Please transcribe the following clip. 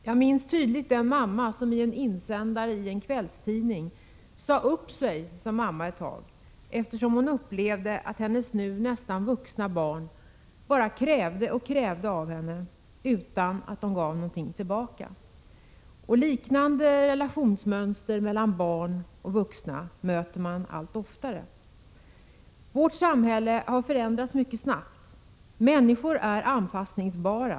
Jag minns tydligt den mamma som i en insändare i en kvällstidning sade upp sig som mamma ett tag, eftersom hon upplevde att hennes nu nästan vuxna barn bara krävde och krävde av henne utan att ge någonting tillbaka. Liknande relationsmönster mellan barn och vuxna möter man allt oftare. Vårt samhälle har förändrats mycket snabbt. Människor är anpassningsbara.